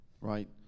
right